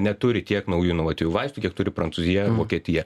neturi tiek naujų inovatyvių vaistų kiek turi prancūzija vokietija